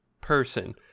person